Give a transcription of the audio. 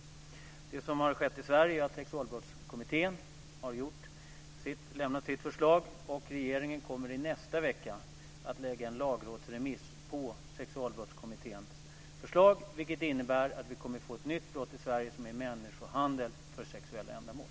Det som har skett i Sverige är att Sexualbrottskommittén har lämnat sitt förslag, och regeringen kommer i nästa vecka att lägga en lagrådsremiss på Sexualbrottskommitténs förslag. Det innebär att vi kommer att få ett nytt brott i Sverige som kallas människohandel för sexuella ändamål.